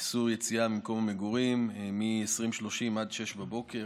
איסור יציאה ממקום המגורים מ-20:30 ועד 06:00,